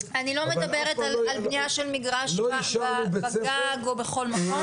--- אני לא מדברת על בניה של מגרש בגג או בכל מקום,